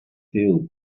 field